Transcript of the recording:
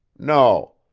no.